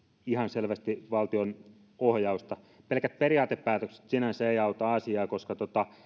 ihan selvästi valtion ohjausta pelkät periaatepäätökset sinänsä eivät auta asiaa koska